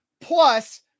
plus